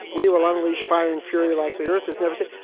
we will unleash fire and fury like the earth has never seen.